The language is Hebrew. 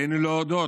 עלינו להודות,